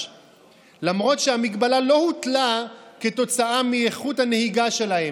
למרות שהמגבלה לא הוטלה כתוצאה מאיכות הנהיגה שלהם,